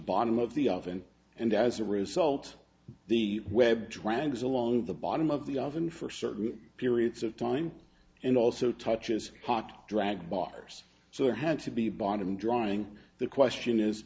bottom of the oven and as a result the web drags along the bottom of the oven for certain periods of time and also touches hot drag bars so there had to be bottom drying the question is